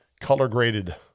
color-graded